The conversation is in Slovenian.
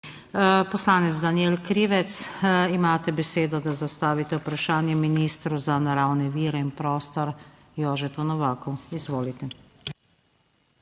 Poslanec Danijel Krivec, imate besedo, da zastavite vprašanje ministru za naravne vire in prostor Jožetu Novaku. Izvolite.